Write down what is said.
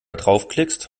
draufklickst